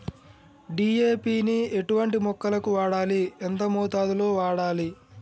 DAP ని ఎటువంటి మొక్కలకు వాడాలి? ఎంత మోతాదులో వాడాలి?